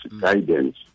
guidance